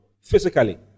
physically